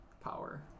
power